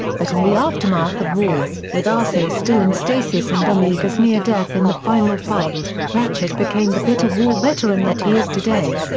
but in the aftermath of war, with arcee still in stasis and omega's near death in the final fight, ratchet became the bitter war veteran that he is today.